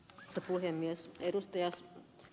arvoisa puhemies